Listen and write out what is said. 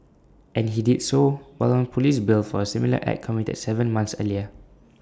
and he did so while on Police bail for A similar act committed Seven months earlier